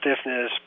stiffness